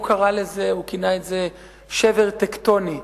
הוא כינה את זה שבר טקטוני,